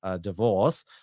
divorce